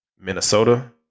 Minnesota